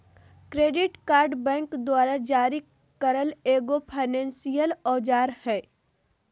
credit card bank द्वारा जारी करल एगो फायनेंसियल औजार हइ